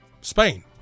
Spain